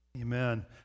amen